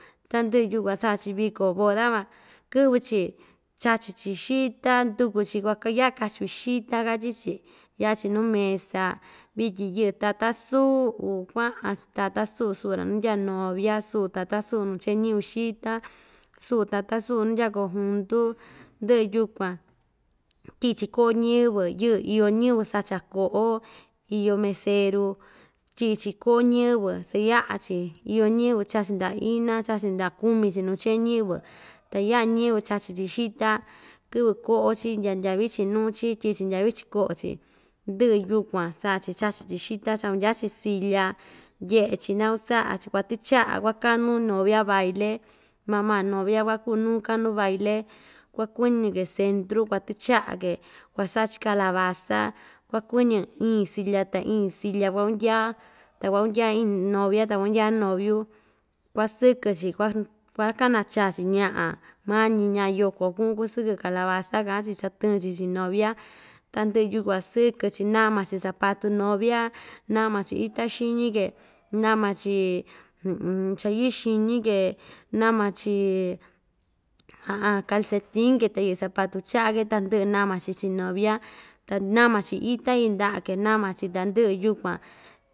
Tandɨꞌɨ tukuan saꞌa‑chi viko boda van kɨꞌvɨ‑chi chachi‑chi xita nduku‑chi kuak yaꞌa kachun xita katyi‑chi yaꞌa‑chi nuu mesa vityin yɨꞌɨ tata suꞌu kuaꞌan tata suꞌu suꞌu‑ra nundya novia suꞌu tata suꞌu nuu chee ñiyɨvɨ xita suꞌu tata suꞌu nuu ndya kojuntu ndɨꞌɨ yukuan tyiꞌi‑chi koꞌo ñiyɨvɨ yɨ iyo ñiyɨvɨ sacha koꞌo iyo meseru tyiꞌi‑chi koꞌo ñiyɨvɨ sayaꞌa‑chi iyo ñiyɨvɨ chachindaꞌa ina chachindaꞌa kumi‑chi nuu chee ñiyɨvɨ ta yaꞌa ñiyɨvɨ cachi‑chi xita kɨꞌvɨ koꞌo‑chi ndya ndyavichin nuu‑chi tyiꞌi‑chi ndyavichin koꞌo‑chi ndiꞌi yukuan saꞌa‑chi chachi‑chi xita chakundya‑chi silya ndyeꞌe‑chi naku saꞌa‑chi kuatichaꞌa kuakanu novia baile maa m novia kuakunuu kanu baile kuakuɨñɨ‑ke centru kuatɨchaꞌa‑ke kuasaꞌa‑chi calabaza kuakuɨñɨ iin silya ta iin silya kuakundyaa ta kuakundyaa iin novia ta kuakundyaa noviu kuasɨkɨ‑chi kuaj kuakana chaa‑chi ñaꞌa mañi ñaꞌa yoko kuꞌun kusɨkɨ calabaza kaꞌan‑chi cha tɨɨn‑chi chii novia tandɨꞌɨ yukuan sɨkɨ‑chi nama‑chi zapatu novia nama‑chi ita xiñi‑ke nama‑chi cha yɨꞌɨ xiñi‑ke nama‑chi calcetin‑ke ta yɨꞌɨ zapatu chaꞌa‑ke tandɨꞌɨ nama‑chi chii novia ta nama‑chi ita yɨndaꞌa‑ke nama‑chi ta ndɨꞌɨ yukuan.